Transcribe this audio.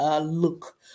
look